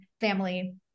family